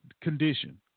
condition